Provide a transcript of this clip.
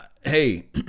Hey